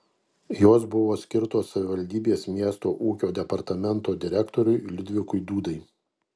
jos buvo skirtos savivaldybės miesto ūkio departamento direktoriui liudvikui dūdai